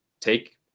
take